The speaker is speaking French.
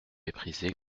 méprisé